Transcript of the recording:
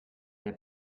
der